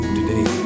today